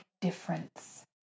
difference